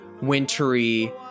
wintry